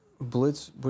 Blitz